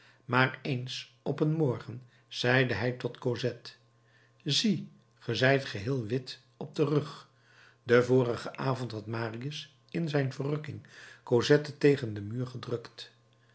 maar eens op een morgen zeide hij tot cosette zie ge zijt geheel wit op den rug den vorigen avond had marius in zijn verrukking cosette tegen den muur gedrukt